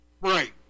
Right